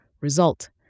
Result